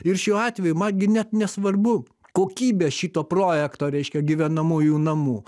ir šiuo atveju man gi net nesvarbu kokybė šito projekto reiškia gyvenamųjų namų